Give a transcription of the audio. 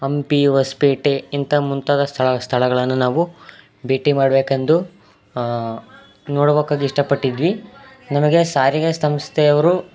ಹಂಪಿ ಹೊಸಪೇಟೆ ಇಂತ ಮುಂತಾದ ಸ್ಥಳ ಸ್ಥಳಗಳನ್ನು ನಾವು ಭೇಟಿ ಮಾಡಬೇಕೆಂದು ನೋಡ್ಬೇಕಾಗಿಷ್ಟ ಪಟ್ಟಿದ್ವಿ ನಮಗೆ ಸಾರಿಗೆ ಸಂಸ್ಥೆ ಅವರು